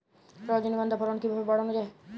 রজনীগন্ধা ফলন কিভাবে বাড়ানো যায়?